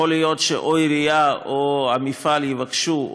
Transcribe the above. יכול להיות שהעירייה או המפעל יבקשו,